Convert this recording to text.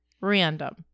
random